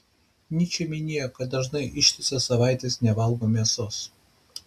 nyčė minėjo kad dažnai ištisas savaites nevalgo mėsos